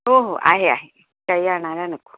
हो हो आहे आहे काही आणायला नको